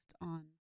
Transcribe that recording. on